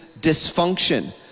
dysfunction